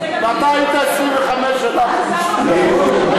ואתה היית 25 שנה במשטרה,